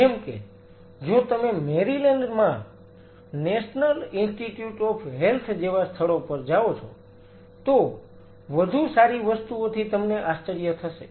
જેમ કે જો તમે મેરીલેન્ડ માં નેશનલ ઇન્સ્ટિટ્યુટ ઓફ હેલ્થ જેવા સ્થળો પર જાઓ છો તો વધુ સારી વસ્તુઓથી તમને આશ્ચર્ય થશે